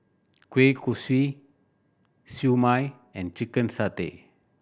kueh kosui Siew Mai and chicken satay